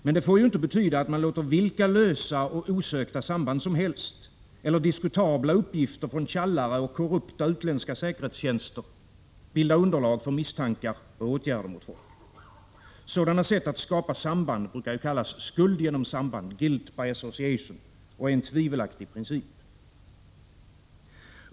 Men det får ju inte betyda att man låter vilka lösa och osökta samband som helst eller diskutabla uppgifter från tjallare och korrupta utländska säkerhetstjänster bilda underlag för misstankar och åtgärder. Sådana sätt att skapa samband I brukar kallas skuld genom samband — guilt by association — och är en tvivelaktig princip.